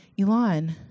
Elon